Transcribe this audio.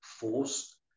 forced